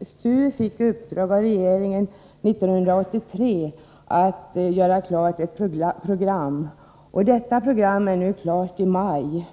STU fick i uppdrag av regeringen år 1983 att göra ett program. Detta program blev färdigt i maj,